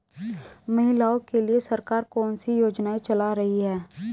महिलाओं के लिए सरकार कौन सी योजनाएं चला रही है?